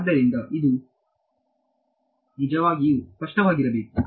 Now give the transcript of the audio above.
ಆದ್ದರಿಂದ ಇದು ನಿಜವಾಗಿಯೂ ಸ್ಪಷ್ಟವಾಗಿರಬೇಕು